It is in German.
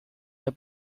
der